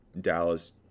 Dallas